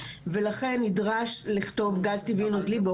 ולכן נדרש לכתוב גז טבעי נוזלי באופן מפורש.